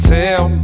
tell